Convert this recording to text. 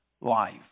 life